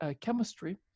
chemistry